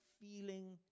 feeling